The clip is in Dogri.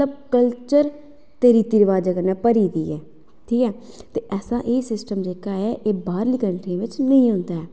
ते मतलब कल्चर ते रीति रवाज़ै कन्नै भरी दी ऐ ते ऐसा एह् सिस्टम जेह्का ऐ एह् बाहरलियें कंट्रियें बिच नेईं होंदा ऐ